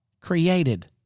created